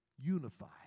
unified